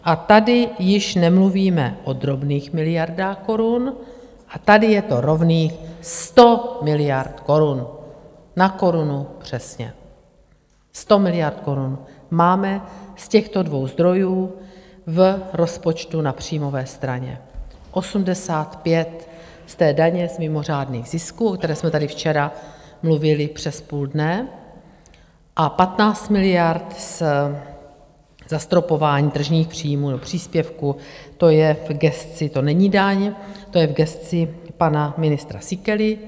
A tady již nemluvíme o drobných miliardách korun, a tady je to rovných 100 miliard korun, na korunu přesně, 100 miliard korun máme z těchto dvou zdrojů v rozpočtu na příjmové straně, 85 z daně z mimořádných zisků, o které jsme tady včera mluvili přes půl dne, a 15 miliard ze zastropování tržních příjmů do příspěvku, to je v gesci to není daň to je v gesci pana ministra Síkely.